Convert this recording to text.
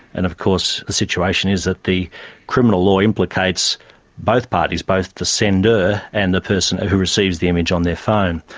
and of course the situation is that the criminal law implicates both parties, both the sender and the person who receives the image on their phone.